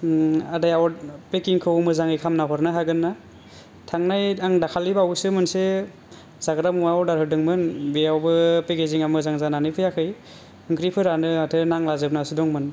आदाया पेकिंखौ मोजाङै खामना हरनो हागोनना थांनाय आं दाखालै बावैसो मोनसे जाग्रा मुवा अर्डार होदोंमोन बेयावबो पेकेजिंया मोजां जानानै फैयाखै ओंख्रिफोरानो माथो नांला जोबनासो दंमोन